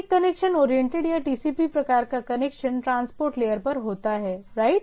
एक connection oriented या TCP प्रकार का कनेक्शन ट्रांसपोर्ट लेयर पर होता है राइट